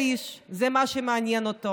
תדעו לכם: זה האיש וזה מה שמעניין אותו,